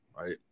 right